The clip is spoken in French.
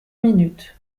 minute